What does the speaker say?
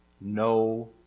No